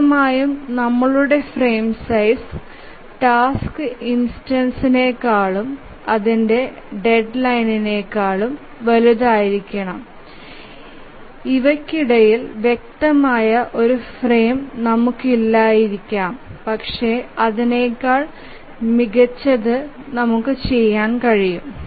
വ്യക്തമായും നമ്മളുടെ frame size task ഇൻസ്റ്റൻസ്നെകാളും അതിന്റെ ഡെഡ്ലൈനിനെക്കാളും വലുതാണെങ്കിൽ ഇവയ്ക്കിടയിൽ വ്യക്തമായ ഒരു ഫ്രെയിം നമുക്കില്ലായിരിക്കാം പക്ഷേ അതിനേക്കാൾ മികച്ചത് നമുക്ക് ചെയ്യാൻ കഴിയും